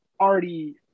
already